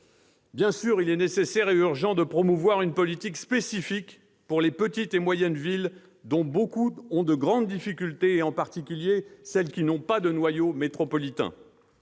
Bien sûr, il est nécessaire et urgent de promouvoir une politique spécifique pour les petites et moyennes villes, dont beaucoup ont de grandes difficultés, en particulier celles qui n'ont pas de noyau métropolitain.